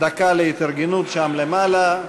דקה להתארגנות שם למעלה.